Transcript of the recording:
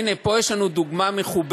הנה פה יש לנו דוגמה מכובדת.